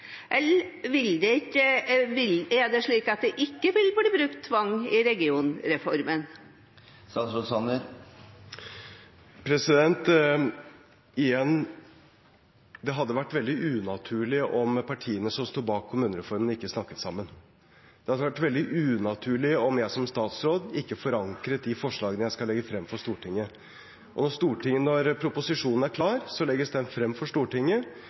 Eller er det slik at det ikke vil bli brukt tvang i regionreformen? Igjen: Det hadde vært veldig unaturlig om partiene som sto bak kommunereformen, ikke snakket sammen. Det hadde vært veldig unaturlig om jeg som statsråd ikke forankret de forslagene jeg skal legge frem for Stortinget. Når proposisjonen er klar, legges den frem for Stortinget,